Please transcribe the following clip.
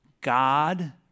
God